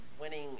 winning